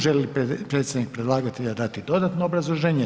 Želi li predstavnik predlagatelja dati dodatno obrazloženje?